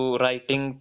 writing